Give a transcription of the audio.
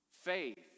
Faith